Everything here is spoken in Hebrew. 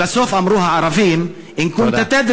ובסוף אמרו הערבים (אומר בשפה הערבית: אם אתה יודע